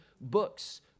books